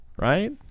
right